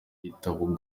gitabo